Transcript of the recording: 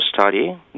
study